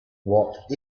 what